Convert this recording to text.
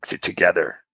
together